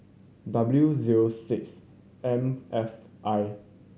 W zero six M F I